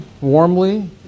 warmly